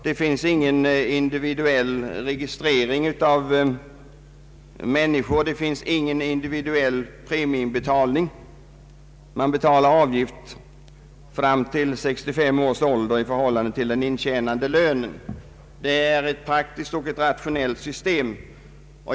Det finns ingen individuell registrering av människor, ingen individuell premieinbetalning. Man betalar ATP-avgift upp till 65 års ålder i förhållande till den intjänade lönen. Det är ett praktiskt och rationellt system.